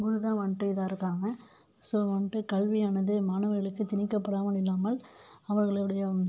குருதான் வந்ட்டு இதாக இருக்காங்க ஸோ வந்ட்டு கல்வியானது மாணவர்களுக்கு திணிக்கப்படாமல் இல்லாமல் அவர்களுடைய